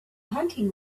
hunting